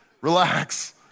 relax